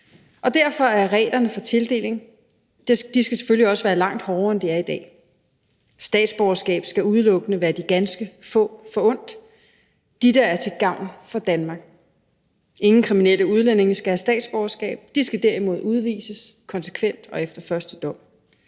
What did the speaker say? og derfor skal reglerne for tildeling selvfølgelig også være langt hårdere, end de er i dag. Statsborgerskab skal udelukkende være de ganske få forundt, nemlig de, der er til gavn for Danmark. Ingen kriminelle udlændinge skal have statsborgerskab; de skal derimod udvises konsekvent og efter første dom.